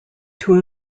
two